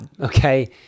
okay